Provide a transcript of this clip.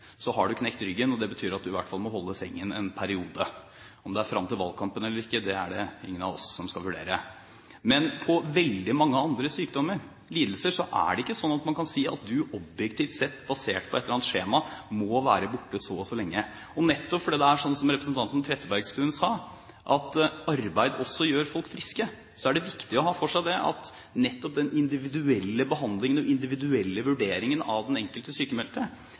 har du knekt ryggen, og det betyr at du i hvert fall må holde sengen en periode. Om det er fram til valgkampen eller ikke, er det ingen av oss som skal vurdere. Men for veldig mange andre sykdommer, lidelser, er det ikke slik at man kan si at du objektivt sett, basert på et eller annet skjema, må være borte så og så lenge. Nettopp fordi det er slik som representanten Trettebergstuen sa, at arbeid også gjør folk friske, er det viktig å ha for seg at den individuelle behandlingen og den individuelle vurderingen av den enkelte